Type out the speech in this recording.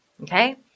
Okay